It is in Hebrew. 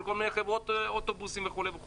של כל מיני חברות אוטובוסים וכולי.